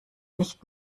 nicht